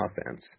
offense